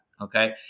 Okay